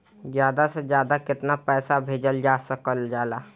ज्यादा से ज्यादा केताना पैसा भेजल जा सकल जाला?